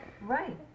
Right